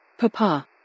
Papa